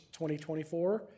2024